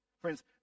Friends